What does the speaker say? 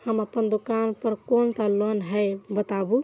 हम अपन दुकान पर कोन सा लोन हैं बताबू?